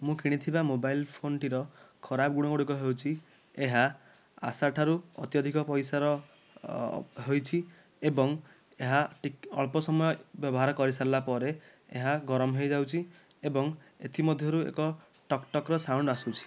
ମୁଁ କିଣିଥିବା ମୋବାଇଲ ଫୋନ୍ଟିର ଖରାପ ଗୁଣଗୁଡ଼ିକ ହେଉଛି ଏହା ଆଶା ଠାରୁ ଅତ୍ୟଧିକ ପଇସାର ହୋଇଛି ଏବଂ ଏହା ଅଳ୍ପ ସମୟ ବ୍ୟବହାର କରି ସାରିଲା ପରେ ଏହା ଗରମ ହୋଇଯାଉଛି ଏବଂ ଏଥି ମଧ୍ୟରୁ ଏକ ଟକ୍ଟକ୍ର ସାଉଣ୍ଡ ଆସୁଛି